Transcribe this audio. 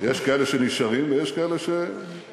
יש כאלה שנשארים ויש כאלה שנעלמים.